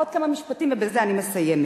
עוד כמה משפטים ואני מסיימת.